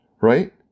Right